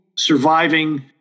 surviving